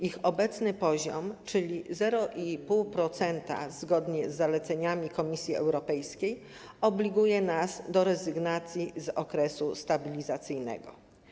Ich obecny poziom, czyli 0,5%, zgodnie z zaleceniami Komisji Europejskiej obliguje nas do rezygnacji z okresu stabilizacyjnego.